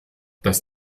dass